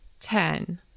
Ten